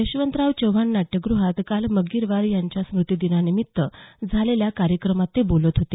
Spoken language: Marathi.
यशवंतराव चव्हाण नाट्यग्रहात काल मग्गीरवार यांच्या स्मूतीदिनानिमित्त झालेल्या कार्यक्रमात ते बोलत होते